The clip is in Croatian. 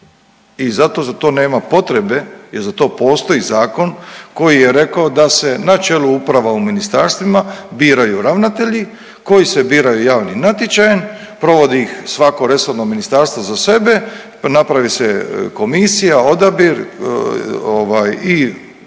i zato za to nema potrebe jer za to postoji zakon koji je rekao da se na čelu uprava u ministarstvima biraju ravnatelji koji se biraju javnim natječajem, provodi ih svako resorno ministarstvo za sebe, napravi se komisija, odabir,